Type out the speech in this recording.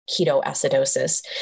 ketoacidosis